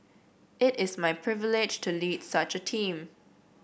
it is my privilege to lead such a team